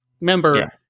Remember